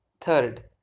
Third